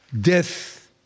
death